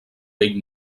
vell